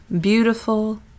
beautiful